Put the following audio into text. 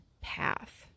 path